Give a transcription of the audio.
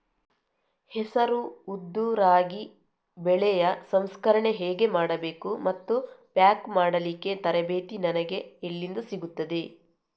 ಹೆಸರು, ಉದ್ದು, ರಾಗಿ ಬೆಳೆಯ ಸಂಸ್ಕರಣೆ ಹೇಗೆ ಮಾಡಬೇಕು ಮತ್ತು ಪ್ಯಾಕ್ ಮಾಡಲಿಕ್ಕೆ ತರಬೇತಿ ನನಗೆ ಎಲ್ಲಿಂದ ಸಿಗುತ್ತದೆ?